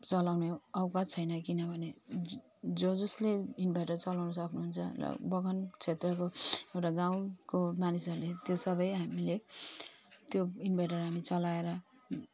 चलाउने औकात छान किनभने जस जसले इन्भर्टर चलाउँछ आफ्नो जहाँ र बगान क्षेत्रको एउटा गाउँको मानिसहरूले त्यो सबै हामीले त्यो इन्भर्टर हामी चलाएर